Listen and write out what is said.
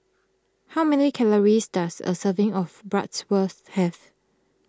how many calories does a serving of Bratwurst have